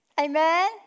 Amen